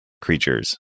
creatures